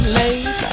late